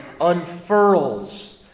unfurls